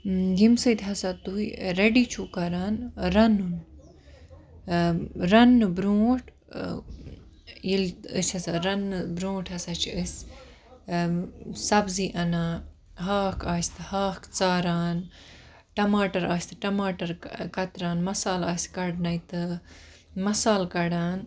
ییٚمہِ سۭتۍ ہسا تُہۍ ریڈی چھِو کران رَنُن رَنٕنہٕ برونٹھ ییٚلہِ أسۍ ہسا رَنٕنہٕ برونٹھ ہسا چھِ أسۍ سَبزی اَنان ہاکھ آسہِ تہٕ ہاکھ ژاران تَماٹر آسہِ تہٕ ٹَماٹر کَتران مَسالہٕ آسہِ کَڑنَے تہٕ مَسالہٕ کَڑان